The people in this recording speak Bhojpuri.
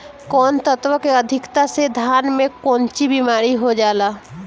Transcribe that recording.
कौन तत्व के अधिकता से धान में कोनची बीमारी हो जाला?